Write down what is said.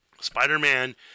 Spider-Man